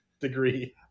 degree